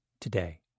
today